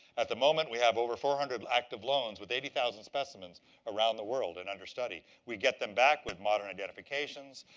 at the moment, we have over four hundred active loans with eighty thousand specimens around the world and under study. we get them back with modern identifications.